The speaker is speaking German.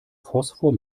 phosphor